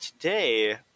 today